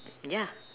ya